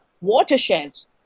watersheds